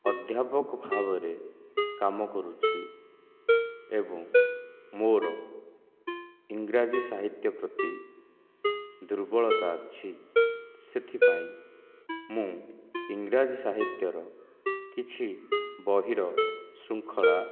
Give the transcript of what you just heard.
ଅଧ୍ୟାପକ ଭାବରେ କାମ କରୁଛି ଏବଂ ମୋର ଇଂରାଜୀ ସାହିତ୍ୟ ପ୍ରତି ଦୁର୍ବଳତା ଅଛି ସେଥିପାଇଁ ମୁଁ ଇଂରାଜୀ ସାହିତ୍ୟ ର କିଛି ବହିର ଶୃଙ୍ଖଳା